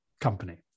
Company